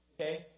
Okay